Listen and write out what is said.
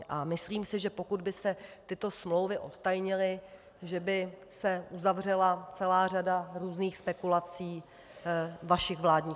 A myslím si, že pokud by se tyto smlouvy odtajnily, že by se uzavřela celá řada různých spekulací vašich vládních kolegů.